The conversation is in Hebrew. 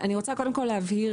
אני רוצה קודם כול להבהיר,